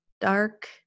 dark